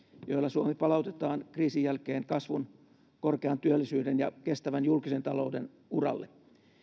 joilla suomi palautetaan kriisin jälkeen kasvun korkean työllisyyden ja kestävän julkisen talouden uralle